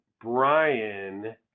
Brian